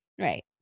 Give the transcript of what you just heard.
Right